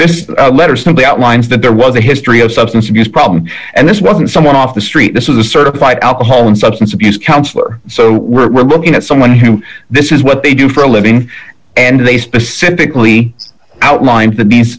this letter simply outlines that there was a history of substance abuse problem and this wasn't someone off the street this was a certified alcohol and substance abuse counselor so we're looking at someone who this is what they do for a living and they specifically outline